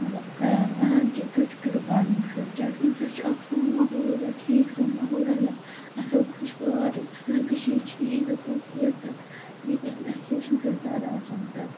مطلب کَران وَنان کہِ تُہۍ تہِ کٔرِو گاڈنِنٛگ سۭتۍ کیٛازِکہِ اَمہِ سۭتۍ چھِ اَکھ سون ماحول روزان ٹھیٖک سون ماحول روزان اَصٕل خُشگوار سٲنۍ کٔشیٖر چھِ یی ییٖژاہ خوٗبصوٗرت تہٕ بیٚیہِ گژھِ نہٕ اَسہِ پوشَن سۭتۍ زیادٕ آسُن تہٕ